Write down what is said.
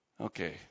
Okay